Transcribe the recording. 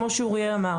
כמו שאוריאל אמר,